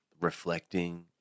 reflecting